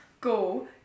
go